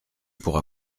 pour